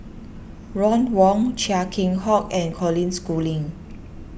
Ron Wong Chia Keng Hock and Colin Schooling